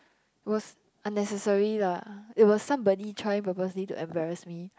was unnecessary lah it was somebody trying purposely to embarrass me